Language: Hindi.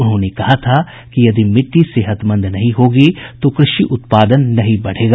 उन्होंने कहा था कि यदि मिट्टी सेहतमंद नहीं होगी तो कृषि उत्पादन नहीं बढ़ेगा